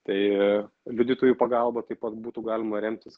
tai liudytojų pagalba taip pat būtų galima remtis